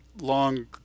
long